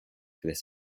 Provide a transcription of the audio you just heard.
this